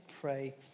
pray